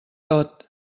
tot